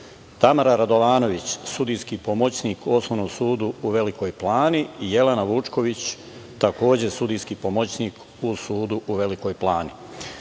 Tamara Radovanović, sudijski pomoćnik u Osnovnom sudu u Velikoj Plani i Jelena Vučković, takođe sudijski pomoćnik u sudu u Velikoj